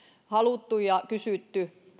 haluttu ja kysytty